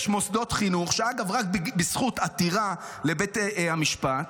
יש מוסדות חינוך, שאגב רק בזכות עתירה לבית המשפט,